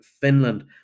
Finland